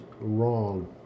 wrong